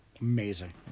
amazing